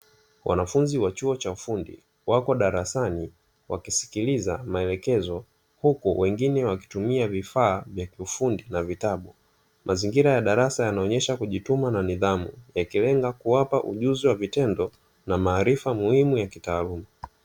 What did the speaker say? Wnafunzi wa chuo cha ufundi wapo darasani wakisikiliza maelekezo, hukuu wengine wakitumia vifaa vya kiufundi na vitabu, mazingira ya darasa yanaonesha kujituma na nidhamu yakilenga kuwapa ujuzi kwa vitendo, na maarifa muhimu ya kitaaluma.